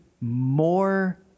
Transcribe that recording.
more